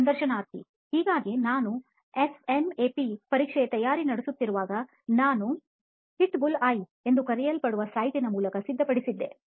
ಸಂದರ್ಶನಾರ್ಥಿ ಹಾಗಾಗಿ ನಾನು ನನ್ನ SNAP ಪರೀಕ್ಷೆಗೆ ತಯಾರಿ ನಡೆಸುತ್ತಿದ್ದಾಗ ನಾನು Hitbullseye ಎಂದು ಕರೆಯಲ್ಪಡುವ siteನ ಮೂಲಕ ಸಿದ್ಧಪಡಿಸಿದ್ದೆ